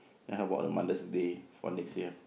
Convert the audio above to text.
then how about the mother's day for next year